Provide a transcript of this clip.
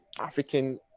African